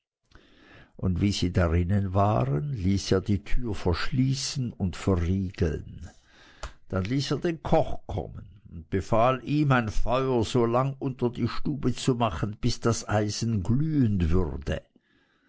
und wie sie darinnen waren ließ er die türe verschließen und verriegeln dann ließ er den koch kommen und befahl ihm ein feuer so lang unter die stube zu machen bis das eisen glühend würde